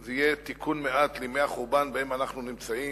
זה יהיה תיקון מעט לימי החורבן שבהם אנו נמצאים,